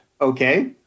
Okay